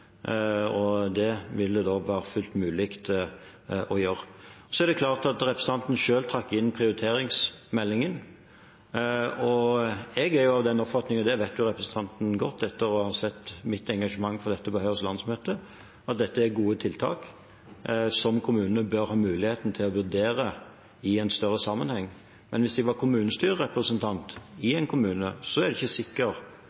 og det vil det da være fullt mulig å gjøre. Representanten trakk selv inn prioriteringsmeldingen. Jeg er av den oppfatning – og det vet representanten godt, etter å ha sett mitt engasjement for dette på Høyres landsmøte – at dette er gode tiltak, som kommunene bør ha muligheten til å vurdere i en større sammenheng. Men hvis jeg var kommunestyrerepresentant